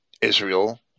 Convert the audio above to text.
Israel